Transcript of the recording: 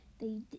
They